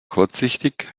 kurzsichtig